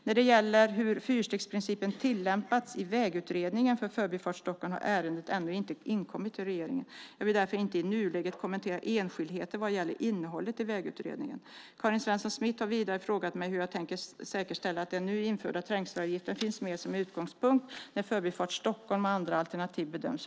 När det gäller hur fyrstegsprincipen tillämpats i Vägutredningen för Förbifart Stockholm har ärendet ännu inte inkommit till regeringen. Jag vill därför inte i nuläget kommentera enskildheter vad gäller innehållet i Vägutredningen. Karin Svensson Smith har vidare frågat mig hur jag tänker säkerställa att de nu införda trängselavgifterna finns med som en utgångspunkt när Förbifart Stockholm och andra alternativ bedöms.